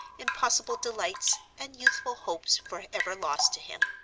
impossible delights, and youthful hopes forever lost to him.